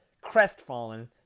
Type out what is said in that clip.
Crestfallen